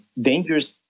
dangerous